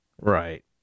Right